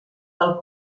del